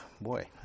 Boy